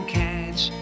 catch